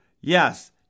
Yes